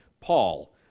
Paul